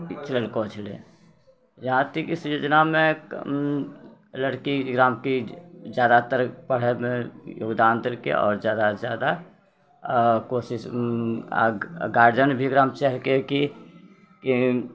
चलेलको छलै जहाँ तक इस योजनामे लड़की गाँवके ज्यादातर पढ़ैमे योगदान देलकै आओर ज्यादासँ ज्यादा कोशिश आओर गार्जिअन भी एकरामे चाहलकै कि कि